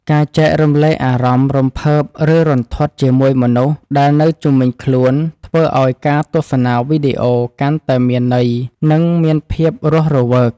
ការចែករំលែកអារម្មណ៍រំភើបឬរន្ធត់ជាមួយមនុស្សដែលនៅជុំវិញខ្លួនធ្វើឱ្យការទស្សនាវីដេអូកាន់តែមានន័យនិងមានភាពរស់រវើក។